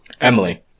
Emily